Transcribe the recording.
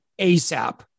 asap